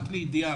רק לידיעה,